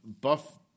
buff